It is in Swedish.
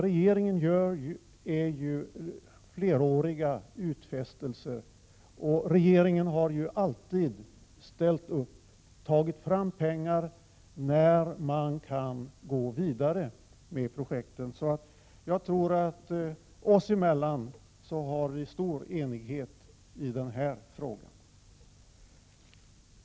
Regeringen gör ju fleråriga utfästelser samtidigt som den alltid har ställtz upp och tagit fram pengar när man ansett att det funnits möjligheter att gå vidare med projekten. Vi kommer nog att ha stor enighet oss emellan i denna fråga.